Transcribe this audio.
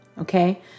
okay